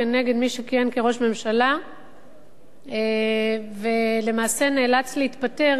כנגד מי שכיהן כראש ממשלה ולמעשה נאלץ להתפטר,